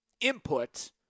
input